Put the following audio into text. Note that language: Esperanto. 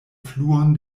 fluon